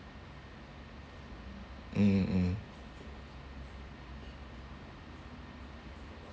mm mm